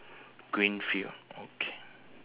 last seat half price